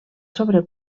sobre